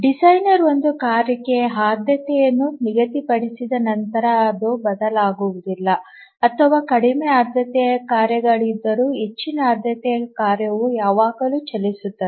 designer ಒಂದು ಕಾರ್ಯಕ್ಕೆ ಆದ್ಯತೆಯನ್ನು ನಿಗದಿಪಡಿಸಿದ ನಂತರ ಅದು ಬದಲಾಗುವುದಿಲ್ಲ ಮತ್ತು ಕಡಿಮೆ ಆದ್ಯತೆಯ ಕಾರ್ಯಗಳಿದ್ದರೂ ಹೆಚ್ಚಿನ ಆದ್ಯತೆಯ ಕಾರ್ಯವು ಯಾವಾಗಲೂ ಚಲಿಸುತ್ತದೆ